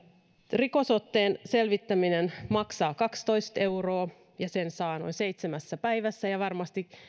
rikosotteen hankkiminen maksaa kaksitoista euroa ja sen saa noin seitsemässä päivässä ja varmasti